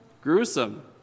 Gruesome